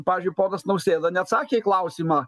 pavyzdžiui ponas nausėda neatsakė į klausimą